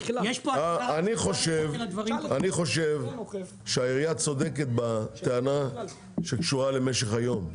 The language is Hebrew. אני חושב שהעירייה צודקת בטענה שקשורה למשך היום.